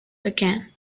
again